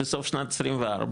בסוף שנת 24,